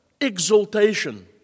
exaltation